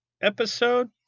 episode